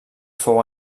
fou